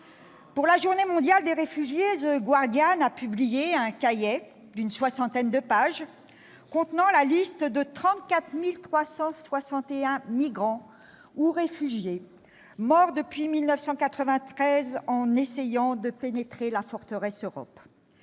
de la journée mondiale des réfugiés, a publié un cahier d'une soixantaine de pages contenant la liste de 34 361 migrants et réfugiés morts depuis 1993 en essayant de pénétrer la « forteresse Europe